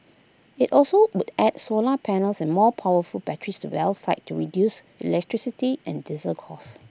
IT also would add solar panels and more powerful batteries to well sites to reduce electricity and diesel costs